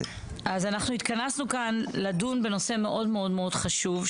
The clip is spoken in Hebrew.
התכנסנו כאן לדון בנושא מאוד-מאוד חשוב,